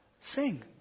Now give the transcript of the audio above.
Sing